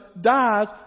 dies